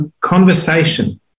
conversation